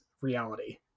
reality